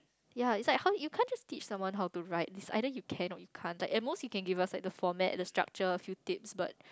yeah it's like how you can't just teach someone how to write it's either you can or you can't like the most you can give us like the format the structure few tips but